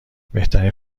بهترین